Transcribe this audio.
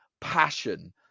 passion